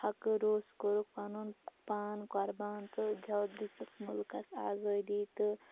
تَھکہٕ روٚس کوٚرُکھ پَنُن پان قۅربان تہٕ زیٚو دِژٕکۍ مُلکَس آزادی تہٕ